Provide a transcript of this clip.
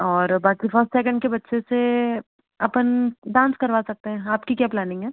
और बाकी first second के बच्चे से अपन डांस करवा सकते हैं आपकी क्या प्लैनिंग है